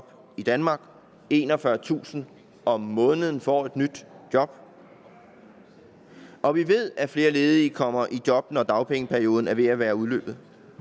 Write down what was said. i Danmark, 41.000 om måneden får et nyt job. Vi ved, at flere ledige kommer i job, når dagpengeperioden er ved at være udløbet,